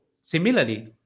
similarly